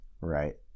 right